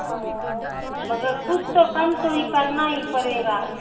او مگر کچھ تو کم تو ہی کرنا ہی پڑے گا